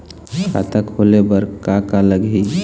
खाता खोले बर का का लगही?